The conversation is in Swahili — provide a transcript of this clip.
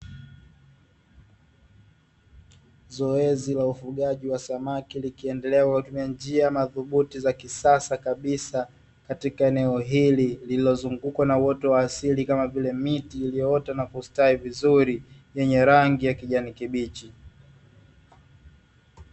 Zoezi la ufugaji wa samaki likiendelea kwa kutumia njia madhubuti za kisasa kabisa, katika eneo hili lililozungukwa na uoto wa asili kama vile miti iliyoota na kustawi vizuri yenye rangi ya kijani kibichi.